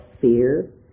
fear